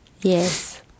Yes